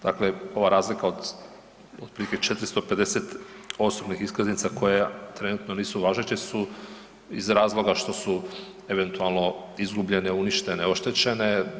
Dakle ova razlika od otprilike 450 osobnih iskaznica koje trenutno nisu važeće su iz razloga što su eventualno izgubljene, uništene, oštećene.